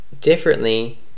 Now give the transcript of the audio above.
differently